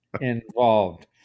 involved